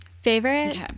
Favorite